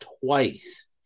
twice